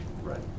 Right